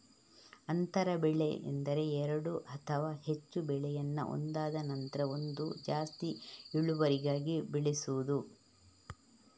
ಅಂತರ ಬೆಳೆ ಎಂದರೆ ಎರಡು ಅಥವಾ ಹೆಚ್ಚು ಬೆಳೆಯನ್ನ ಒಂದಾದ ನಂತ್ರ ಒಂದು ಜಾಸ್ತಿ ಇಳುವರಿಗಾಗಿ ಬೆಳೆಸುದು